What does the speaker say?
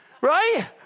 Right